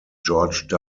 george